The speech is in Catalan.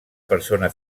persona